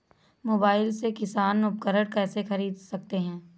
Mobile से किसान उपकरण कैसे ख़रीद सकते है?